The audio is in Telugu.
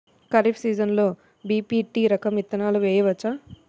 ఖరీఫ్ సీజన్లో బి.పీ.టీ రకం విత్తనాలు వేయవచ్చా?